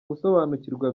gusobanukirwa